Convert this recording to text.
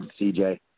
CJ